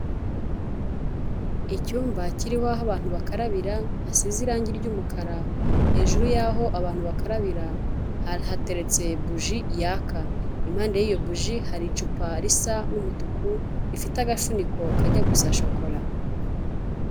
Icyumba kiriho aho abantu bakarabira hasize irangi ry'umukara, hejuru y'aho abantu bakarabira hateretse buji yaka, impande y'iyo buji, hari icupa risa n'umutuku rifite agafuniko kajya gusa shokora.